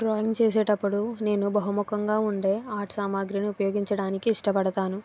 drawing చేసేటప్పుడు నేను బహుముఖంగా ఉండే ఆర్ట్ సామాగ్రిని ఉపయోగించడానికి ఇష్టపడుతాను